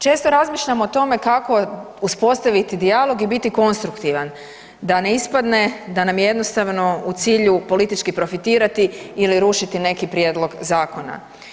Često razmišljamo o tome kako uspostaviti dijalog i biti konstruktivan da ne ispadne da nam je jednostavno u cilju politički profitirati ili rušiti neki prijedlog zakona.